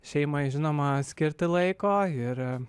šeimai žinoma skirti laiko ir